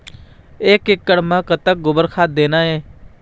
एक एकड़ म कतक गोबर खाद देना ये?